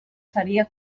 seria